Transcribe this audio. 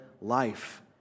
life